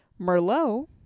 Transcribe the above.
Merlot